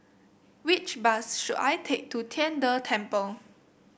which bus should I take to Tian De Temple